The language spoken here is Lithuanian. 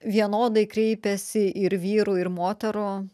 vienodai kreipiasi ir vyrų ir moterų